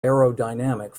aerodynamic